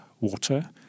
water